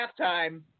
halftime